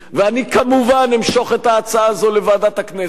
ואני כמובן אמשוך את ההצעה הזאת לוועדת הכנסת,